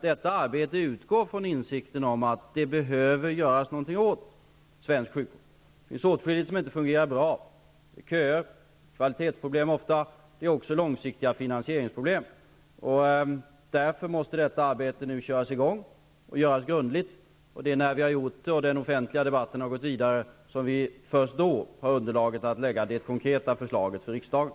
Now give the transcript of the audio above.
Detta arbete utgår från insikten om att det behöver göras någonting åt svensk sjukvård. Det är åtskilligt som inte fungerar bra. Det finns köer, ofta förekommande kvalitetsproblem och långsiktiga finansieringsproblem. Därför måste detta arbete sättas i gång och göras grundligt. Det är först när arbetet är färdigt och när den offentliga debatten har gått vidare som det finns underlag för att lägga fram ett konkret förslag för riksdagen.